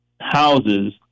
houses